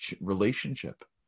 relationship